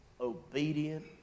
obedient